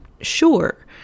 sure